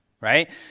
right